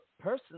person